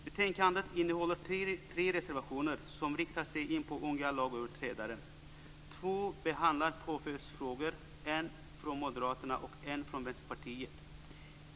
Betänkandet innehåller tre reservationer som riktar in sig på unga lagöverträdare. Två behandlar påföljdsfrågor, en från Moderaterna och en från Vänsterpartiet.